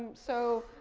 so,